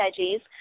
veggies